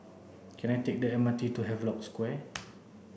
can I take the M R T to Havelock Square